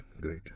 great